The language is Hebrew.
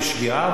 היא שגיאה,